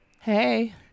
Hey